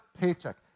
paycheck